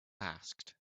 asked